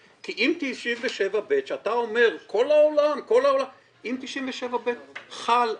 כי אם 97ב' שאתה אומר "כל העולם", אם 97ב' חל,